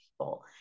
people